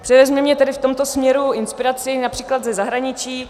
Převezměme tedy v tomto směru inspiraci např. ze zahraničí